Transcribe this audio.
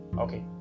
Okay